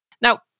Now